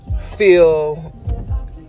feel